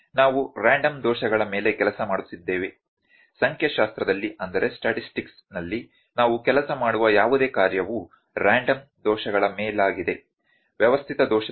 ನಾವು ರ್ಯಾಂಡಮ್ ದೋಷಗಳ ಮೇಲೆ ಕೆಲಸ ಮಾಡುತ್ತಿದ್ದೇವೆ ಸಂಖ್ಯಾಶಾಸ್ತ್ರದಲ್ಲಿ ನಾವು ಕೆಲಸ ಮಾಡುವ ಯಾವುದೇ ಕಾರ್ಯವು ರ್ಯಾಂಡಮ್ ದೋಷಗಳ ಮೇಲಾಗಿದೆ ವ್ಯವಸ್ಥಿತ ದೋಷದ ಮೇಲಲ್ಲ